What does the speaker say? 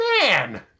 Man